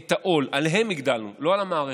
את העול, עליהם הגדלנו, לא על המערכת.